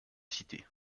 cité